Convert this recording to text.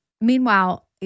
Meanwhile